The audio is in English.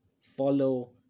follow